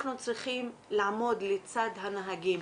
אנחנו צריכים לעמוד לצד הנהגים,